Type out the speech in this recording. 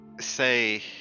say